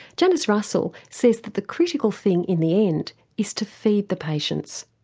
janice russell says that the critical thing in the end is to feed the patients.